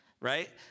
right